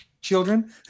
children